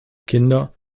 kinder